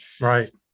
Right